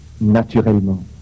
naturellement